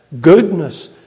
goodness